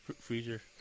freezer